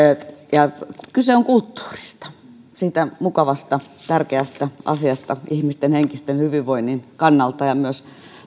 kyse on kulttuurista siitä mukavasta tärkeästä asiasta ihmisten henkisen hyvinvoinnin kannalta myös